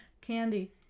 Candy